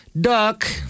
duck